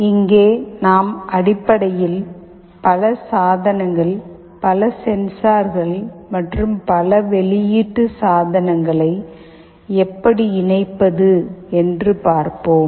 இங்கே நாம் அடிப்படையில் பல சாதனங்கள் பல சென்சார்கள் மற்றும் பல வெளியீட்டு சாதனங்களை எப்படி இணைப்பது என்று பார்ப்போம்